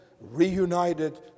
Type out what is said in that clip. reunited